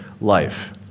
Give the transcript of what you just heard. life